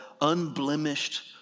unblemished